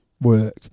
work